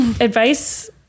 advice